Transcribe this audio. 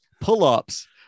pull-ups